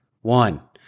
One